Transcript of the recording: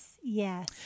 yes